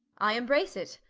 i embrace it